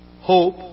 hope